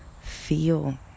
feel